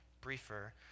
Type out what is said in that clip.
briefer